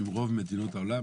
ברוב מדינות העולם,